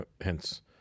hence